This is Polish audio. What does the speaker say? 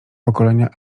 pokolenia